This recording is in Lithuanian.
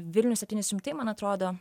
vilnius septyni šimtai man atrodo